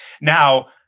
Now